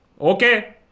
Okay